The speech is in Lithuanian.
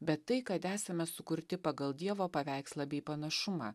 bet tai kad esame sukurti pagal dievo paveikslą bei panašumą